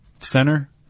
center